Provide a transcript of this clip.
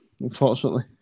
unfortunately